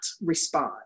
respond